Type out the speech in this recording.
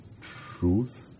truth